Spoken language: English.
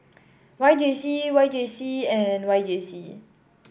Y J C Y J C and Y J C